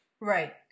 right